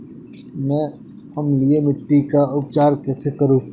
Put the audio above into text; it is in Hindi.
मैं अम्लीय मिट्टी का उपचार कैसे करूं?